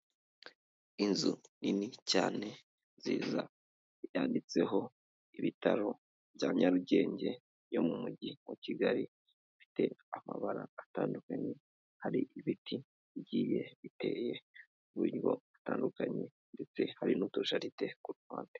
Inzu nini cyane nziza yanditseho ibitaro bya Nyarugenge yo mu mujyi wa Kigali bifite amabara atandukanye, hari ibiti bigiye biteye mu buryo butandukanye ndetse hari n'utujaride ku ruhande.